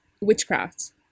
witchcraft